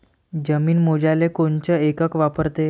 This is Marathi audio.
जमीन मोजाले कोनचं एकक वापरते?